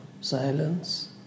silence